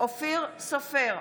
אופיר סופר,